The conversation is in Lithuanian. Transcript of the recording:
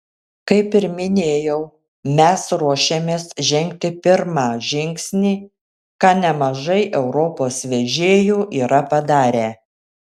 kaip ir minėjau mes ruošiamės žengti pirmą žingsnį ką nemažai europos vežėjų yra padarę